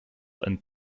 and